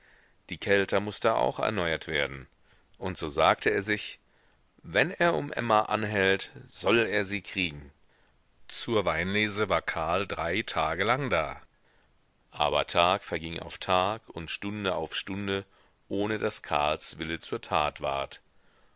die kelter mußte auch erneuert werden und so sagte er sich wenn er um emma anhält soll er sie kriegen zur weinlese war karl drei tage lang da aber tag verging auf tag und stunde auf stunde ohne daß karls wille zur tat ward